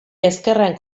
ezkerrean